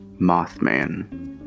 Mothman